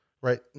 Right